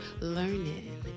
learning